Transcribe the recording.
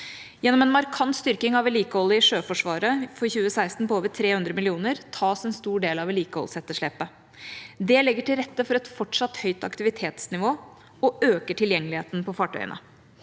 Gjennom en markant styrking av vedlikeholdet i Sjøforsvaret for 2016 på over 300 mill. kr tas en stor del av vedlikeholdsetterslepet. Det legger til rette for et fortsatt høyt aktivitetsnivå og øker tilgjengeligheten på fartøyene.